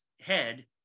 head